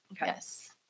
Yes